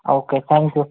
okay thank you